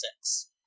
six